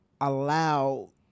allow